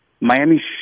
miami